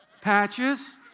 patches